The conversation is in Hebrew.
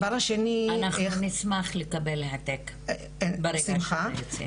אנחנו נשמח לקבל העתק ברגע שהוא ייצא.